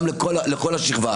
גם לכל השכבה.